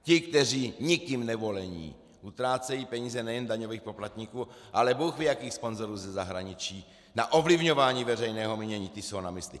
Ti, kteří nikým nevolení utrácejí peníze nejenom daňových poplatníků, ale bůhví jakých sponzorů ze zahraničí na ovlivňování veřejného mínění, ti jsou na mysli.